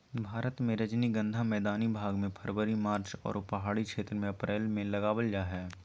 भारत मे रजनीगंधा मैदानी भाग मे फरवरी मार्च आरो पहाड़ी क्षेत्र मे अप्रैल मई मे लगावल जा हय